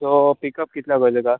so pickup कितल्या कोरूं तुका